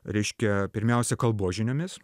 reiškia pirmiausia kalbos žiniomis